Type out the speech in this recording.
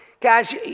guys